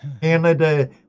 Canada